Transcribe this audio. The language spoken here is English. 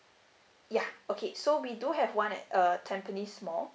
ya okay so we do have one at uh tampines mall